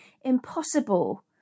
impossible